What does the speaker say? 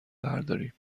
برداریم